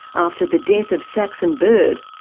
after the death of saxon bird,